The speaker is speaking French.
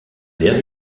verts